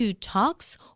Talks